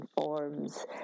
forms